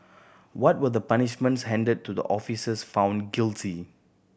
what were the punishments handed to the officers found guilty